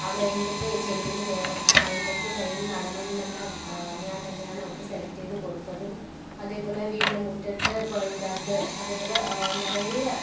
അവിടെ എന്തൊക്കെ ചെടിക്കൾ വേണം എന്തൊക്കെ തൈകൾ നടണം എന്നെല്ലാം ഞാൻ തന്നെയാണ് അവൾക്ക് സെലക്ട് ചെയ്ത് കൊടുത്തതും അതേപോലെ വീടിൻ്റെ മുറ്റത്ത് പേൾ ഗ്രാസ് അതേപോലെ നിറയെ